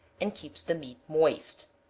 and keeps the meat moist.